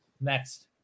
Next